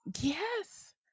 yes